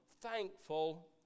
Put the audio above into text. thankful